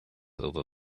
over